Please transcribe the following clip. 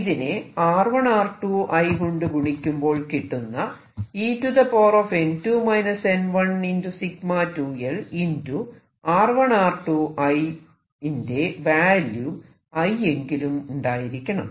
ഇതിനെ R1R2I കൊണ്ട് ഗുണിക്കുമ്പോൾ കിട്ടുന്ന en2 n1σ2lR1R2I വിന്റെ വാല്യു I എങ്കിലും ഉണ്ടായിരിക്കണം